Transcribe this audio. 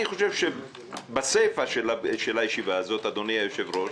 אני חושב שבסיפא של הישיבה הזאת, אדוני היושב-ראש,